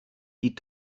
die